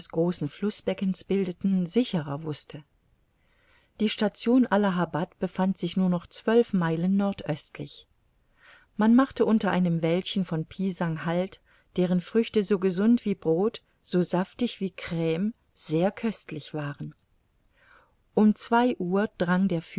großen flußbeckens bildeten sicherer wußte die station allahabad befand sich nur noch zwölf meilen nordöstlich man machte unter einem wäldchen von pisang halt deren früchte so gesund wie brod so saftig wie crme sehr köstlich waren um zwei uhr drang der